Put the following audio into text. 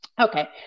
Okay